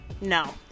no